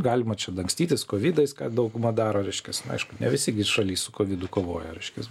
galima čia dangstytis kovidais ką dauguma daro reiškias nu aišku ne visi gi šaly su kovidu kovojo reiškias